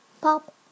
Pop